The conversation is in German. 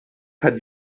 hat